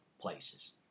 places